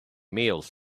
meals